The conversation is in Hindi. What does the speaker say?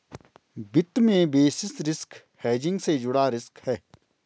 वित्त में बेसिस रिस्क हेजिंग से जुड़ा रिस्क है